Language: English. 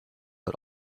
but